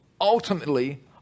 Ultimately